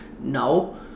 No